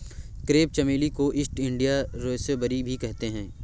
crepe चमेली को East India rosebay भी कहते हैं